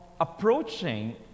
approaching